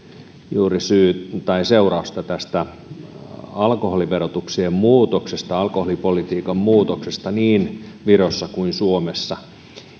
juuri seurausta alkoholiverotuksen muutoksista alkoholipolitiikan muutoksesta niin virossa kuin suomessa